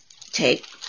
take